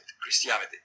Christianity